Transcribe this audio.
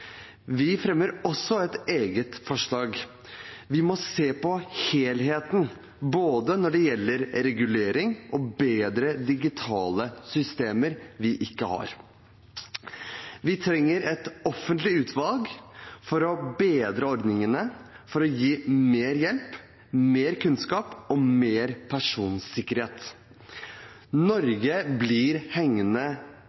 Vi fremmer også et eget forslag. Vi må se på helheten, når det gjelder regulering og bedre digitale systemer, som vi ikke har. Vi trenger et offentlig utvalg for å bedre ordningene, for å gi mer hjelp, mer kunnskap og mer personsikkerhet.